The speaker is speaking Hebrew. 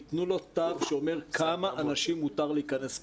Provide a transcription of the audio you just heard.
יתנו לו תו שאומר כמה אנשים מותר להיכנס פנימה.